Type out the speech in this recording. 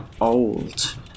old